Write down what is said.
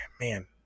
Man